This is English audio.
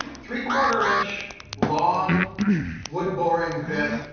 three quarter inch long wood boring bit.